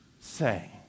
say